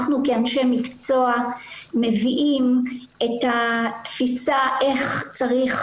אנחנו כאנשי מקצוע מביאים את התפיסה איך צריך